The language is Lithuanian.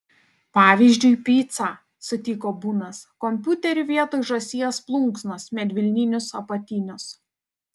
pavyzdžiui picą sutiko bunas kompiuterį vietoj žąsies plunksnos medvilninius apatinius